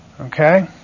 Okay